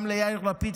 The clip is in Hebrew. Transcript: גם ליאיר לפיד,